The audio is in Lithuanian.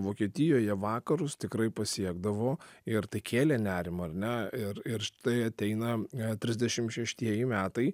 vokietijoje vakarus tikrai pasiekdavo ir tai kėlė nerimą ar ne ir ir štai ateina trisdešimt šeštieji metai